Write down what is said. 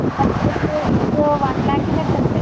ഒരു വൺ ലാക്കിന്റെ അടുത്തുണ്ട്